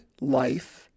life